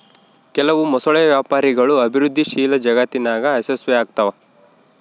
ಕೆಲವು ಮೊಸಳೆ ವ್ಯಾಪಾರಗಳು ಅಭಿವೃದ್ಧಿಶೀಲ ಜಗತ್ತಿನಾಗ ಯಶಸ್ವಿಯಾಗ್ತವ